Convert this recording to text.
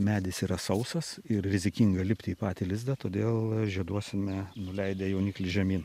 medis yra sausas ir rizikinga lipti į patį lizdą todėl žieduosime nuleidę jauniklį žemyn